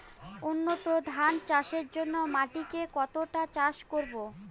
উন্নত ধান চাষের জন্য মাটিকে কতটা চাষ করব?